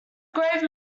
grave